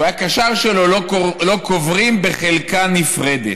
שהוא היה הקשר שלו, לא קוברים בחלקה נפרדת.